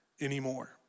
anymore